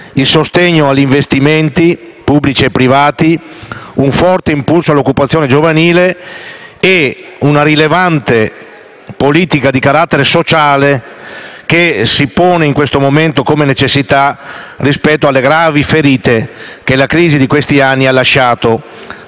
il sostegno agli investimenti pubblici e privati, un forte impulso all'occupazione giovanile e una rilevante politica di carattere sociale che si pone in questo momento come necessità rispetto alle gravi ferite che la crisi degli ultimi anni ha lasciato